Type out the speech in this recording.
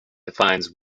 defines